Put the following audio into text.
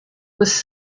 was